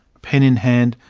pen in hand,